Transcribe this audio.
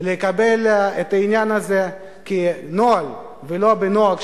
לקבל את העניין הזה כנוהל ולא בנוהג,